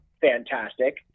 fantastic